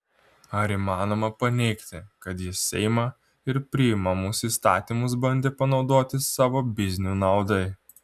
ar įmanoma paneigti kad jis seimą ir priimamus įstatymus bandė panaudoti savo biznių naudai